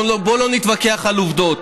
בואו לא נתווכח על עובדות.